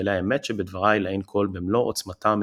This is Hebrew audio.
שתתגלה האמת שבדברי לעין כל במלוא עוצמתה המזעזעת".